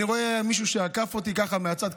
אני רואה מישהו שעקף אותי ככה מהצד,